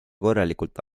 korralikult